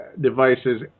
devices